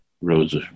Roads